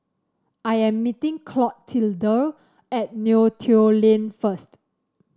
I am meeting Clotilde at Neo Tiew Lane first